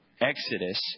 Exodus